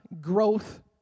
growth